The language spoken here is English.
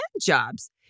jobs